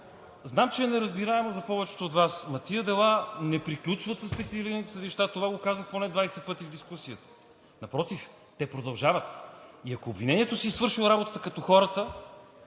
Знам, че е неразбираемо за повечето от Вас, но тези дела не приключват със специализираните съдилища. Това го казах поне 20 пъти в дискусията. Напротив, те продължават, и ако обвинението си е свършило работата като хората,